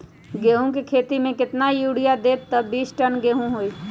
गेंहू क खेती म केतना यूरिया देब त बिस टन गेहूं होई?